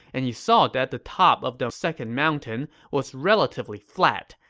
and he saw that the top of the second mountain was relatively flat,